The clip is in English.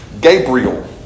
Gabriel